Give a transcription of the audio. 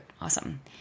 awesome